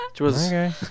Okay